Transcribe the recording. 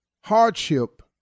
hardship